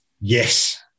Yes